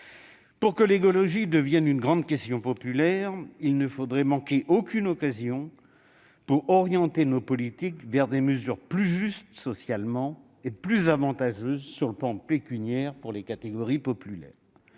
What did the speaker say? pour que l'écologie devienne une grande question populaire, il ne faudrait manquer aucune occasion pour orienter nos politiques vers des mesures plus justes socialement et plus avantageuses, d'un point de vue pécuniaire, pour les catégories populaires.